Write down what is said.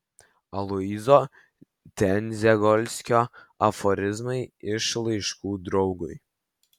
aloyzo tendzegolskio aforizmai iš laiškų draugui